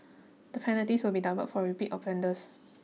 the penalties will be doubled for repeat offenders